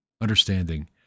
understanding